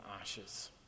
ashes